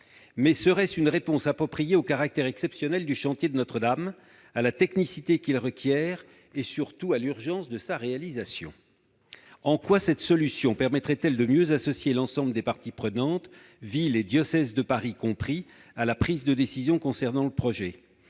mais serait-ce une réponse appropriée au caractère exceptionnel du chantier de Notre-Dame, à la technicité qu'il requiert et surtout à l'urgence de sa réalisation ? En quoi cette solution permettrait-elle de mieux associer l'ensemble des parties prenantes, diocèse et Ville de Paris compris, à la prise de décision concernant le projet ?